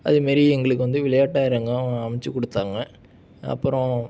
அதுமாரி எங்களுக்கு வந்து விளையாட்டு அரங்கம் அமைச்சி கொடுத்தாங்க அப்பறம்